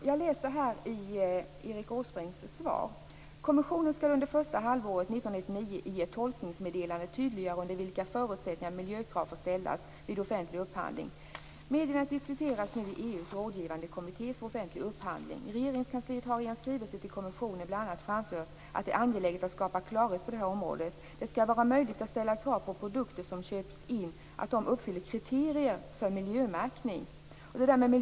Fru talman! Jag läser i Erik Åsbrinks svar: "Kommissionen skall under första halvåret 1999 i ett tolkningsmeddelande förtydliga under vilka förutsättningar miljökrav får ställas vid offentlig upphandling. Meddelandet diskuteras nu i EU:s rådgivande kommitté för offentlig upphandling. Regeringskansliet har i en skrivelse till kommissionen bl.a. framfört att det är angeläget att skapa klarhet på det här området. Det skall vara möjligt att ställa krav på att produkter som köps in uppfyller kriterier för miljömärkning."